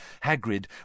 Hagrid